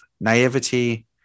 naivety